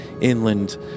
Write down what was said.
inland